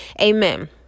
Amen